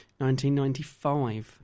1995